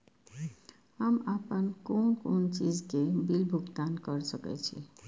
हम आपन कोन कोन चीज के बिल भुगतान कर सके छी?